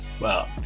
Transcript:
Wow